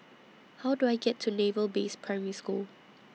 How Do I get to Naval Base Primary School